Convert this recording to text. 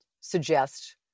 suggest